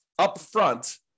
upfront